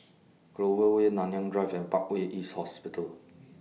Clover Way Nanyang Drive and Parkway East Hospital